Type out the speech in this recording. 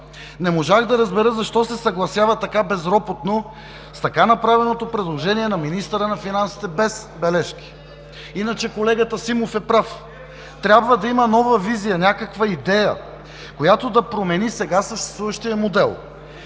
Не можах да разбера защо се съгласява така безропотно с така направеното предложение на министъра на финансите без бележки. Иначе колегата Симов е прав – трябва да има нова визия, някаква идея, която да промени сега съществуващия модел.